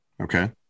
Okay